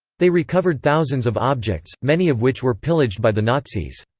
they recovered thousands of objects, many of which were pillaged by the nazis.